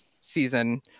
season